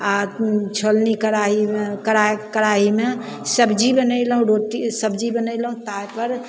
आओर छोलनी कढ़ाइमे कढ़ाइमे सब्जी बनेलहुँ रोटी सब्जी बनेलहुँ ता पर